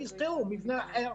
שישכרו מבנה אחר.